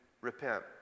repent